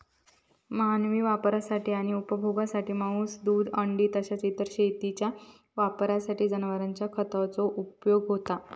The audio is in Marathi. मानवी वापरासाठी आणि उपभोगासाठी मांस, दूध, अंडी तसाच इतर शेतीच्या वापरासाठी जनावरांचा खताचो उपयोग होता